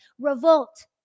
Revolt